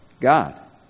God